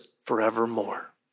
forevermore